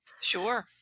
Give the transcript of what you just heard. Sure